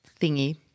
thingy